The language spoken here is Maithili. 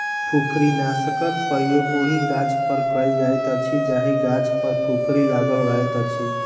फुफरीनाशकक प्रयोग ओहि गाछपर कयल जाइत अछि जाहि गाछ पर फुफरी लागल रहैत अछि